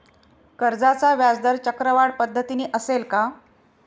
कर्जाचा व्याजदर चक्रवाढ पद्धतीने असेल का?